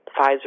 Pfizer